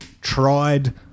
Tried